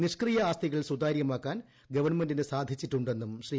നിഷ്ക്രിയ ആസ്തികൾ സുതാര്യമാക്കാൻ ഗവൺമെന്റിന് സാധിച്ചിട്ടുണ്ടെന്നും ശ്രീ